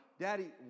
Daddy